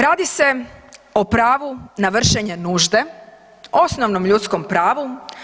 Radi se o pravu na vršenje nužde, osnovnom ljudskom pravu.